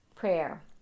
prayer